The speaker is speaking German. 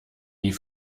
die